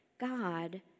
God